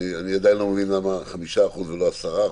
אני עדיין לא מבין למה 5% ולא 10%,